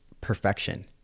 perfection